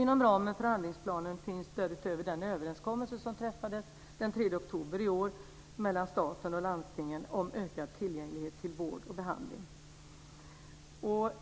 Inom ramen för handlingsplanen finns därutöver den överenskommelse som träffades den 3 oktober i år mellan staten och landstingen om ökad tillgänglighet till vård och behandling.